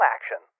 Action